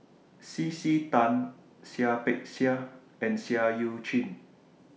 C C Tan Seah Peck Seah and Seah EU Chin